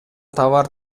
товар